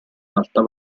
alta